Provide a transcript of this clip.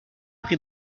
prix